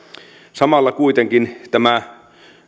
samalla kuitenkin tämä